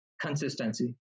consistency